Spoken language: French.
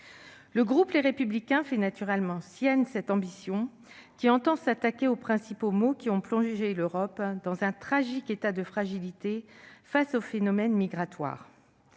Le groupe Les Républicains fait naturellement sienne cette ambition de s'attaquer aux principaux maux ayant plongé l'Europe dans un tragique état de fragilité face aux phénomènes migratoires.